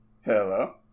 Hello